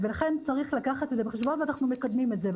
לכן צריך לקחת את זה בחשבון ואנחנו מקדמים את זה.